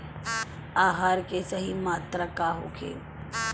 आहार के सही मात्रा का होखे?